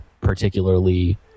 particularly